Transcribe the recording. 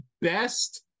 best